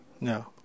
no